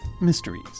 mysteries